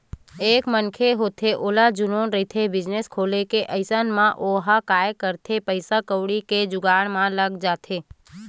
एक मनखे होथे ओला जनुन रहिथे बिजनेस खोले के अइसन म ओहा काय करथे पइसा कउड़ी के जुगाड़ म लग जाथे